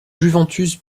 juventus